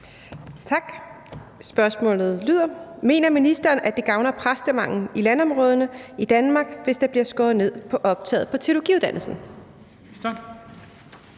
Schack Elholm (V): Mener ministeren, at det gavner præstemanglen i landområderne i Danmark, hvis der bliver skåret ned på optaget på teologiuddannelsen?